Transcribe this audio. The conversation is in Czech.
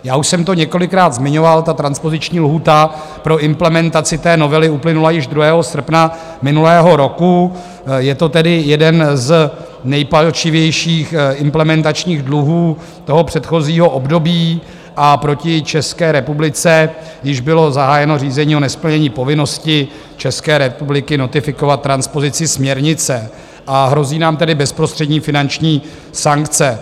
Já už jsem to několikrát zmiňoval, transpoziční lhůta pro implementaci té novely uplynula již 2. srpna minulého roku, je to tedy jeden z nejpalčivějších implementačních dluhů předchozího období a proti České republice již bylo zahájeno řízení o nesplnění povinnosti České republiky notifikovat transpozici směrnice, a hrozí nám tedy bezprostřední finanční sankce.